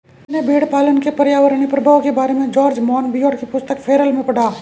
मैंने भेड़पालन के पर्यावरणीय प्रभाव के बारे में जॉर्ज मोनबियोट की पुस्तक फेरल में पढ़ा